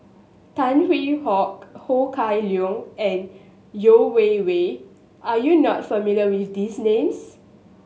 Tan Hwee Hock Ho Kah Leong and Yeo Wei Wei are you not familiar with these names